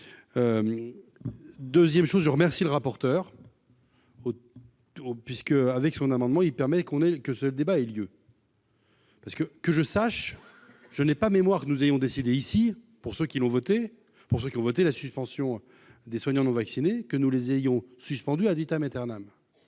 2ème chose je remercie le rapporteur puisque avec son amendement, il permet, et qu'on est que ce débat ait lieu. Parce que que je sache, je n'ai pas mémoire nous ayons décidé ici pour ceux qui l'ont voté pour, ceux qui ont voté la suspension des soignants non vaccinés que nous les ayons suspendu a dit Amsterdam